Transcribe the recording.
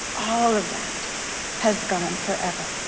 all of that has gone forever.